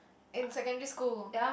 in secondary school